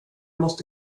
måste